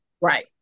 Right